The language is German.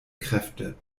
kräfte